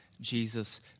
Jesus